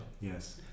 Yes